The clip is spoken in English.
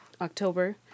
October